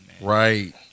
Right